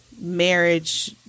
marriage